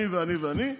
אני ואני ואני,